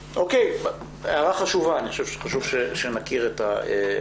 הערה חשובה, אני חושב שחשוב שנכיר את זה.